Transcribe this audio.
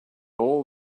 all